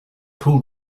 pulled